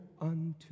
unto